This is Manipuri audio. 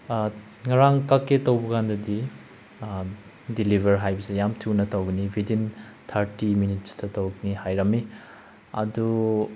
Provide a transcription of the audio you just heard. ꯉꯔꯥꯡ ꯀꯛꯀꯦ ꯇꯧꯕ ꯀꯥꯟꯗꯗꯤ ꯗꯤꯂꯤꯕꯔ ꯍꯥꯏꯕꯁꯦ ꯌꯥꯝ ꯊꯨꯅ ꯇꯧꯒꯅꯤ ꯋꯤꯗꯤꯟ ꯊꯥꯔꯇꯤ ꯃꯤꯅꯤꯠꯁꯇ ꯇꯧꯒꯅꯤ ꯍꯥꯏꯔꯝꯃꯤ ꯑꯗꯨ